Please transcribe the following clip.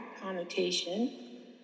connotation